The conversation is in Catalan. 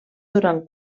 durant